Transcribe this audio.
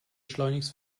schleunigst